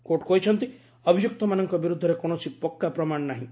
court କହିଛନ୍ତି ଅଭିଯୁକ୍ତମାନଙ୍କ ବିରୁଦ୍ଧରେ କୌଣସି ପକ୍କା ପ୍ରମାଣ ନାହିଁ